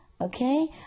Okay